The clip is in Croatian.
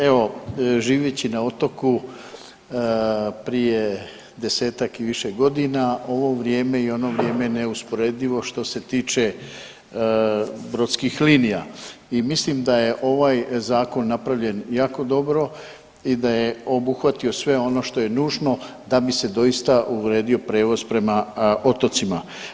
Evo živeći na otoku prije desetak i više godina ovo vrijeme i ono vrijeme je neusporedivo što se tiče brodskih linija i mislim da je ovaj zakon napravljen jako dobro i da je obuhvatio sve ono što je nužno da bi se doista uredio prijevoz prema otocima.